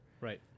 Right